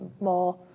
more